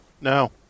No